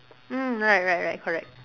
mm right right right correct